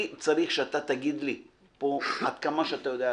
אני צריך שאתה תגיד לי, עד כמה שאתה יודע להגיד,